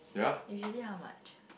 usually how much